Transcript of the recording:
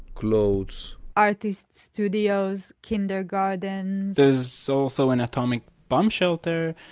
clothes artist studios, kindergartens there's so also an atomic bomb shelter,